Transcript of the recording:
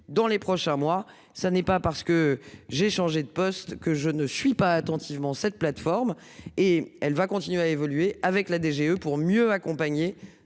dans les prochains mois. Ça n'est pas parce que j'ai changé de poste que je ne suis pas attentivement cette plateforme et elle va continuer à évoluer avec la DGE pour mieux accompagner